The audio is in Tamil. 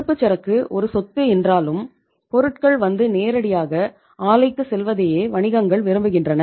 இருப்புச்சரக்கு ஒரு சொத்து என்றாலும் பொருட்கள் வந்து நேரடியாக ஆலைக்குச் செல்வதையே வணிகங்கள் விரும்புகின்றன